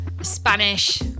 Spanish